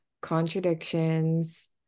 contradictions